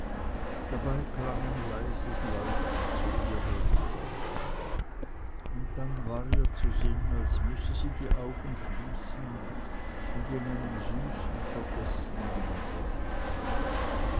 dabei klang ein leises läuten zu ihr herüber und dann war ihr zu sinn als müsse sie die augen schließen und in einem süßen vergessen hinübergehen